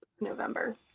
November